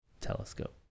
telescope